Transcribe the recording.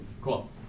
Cool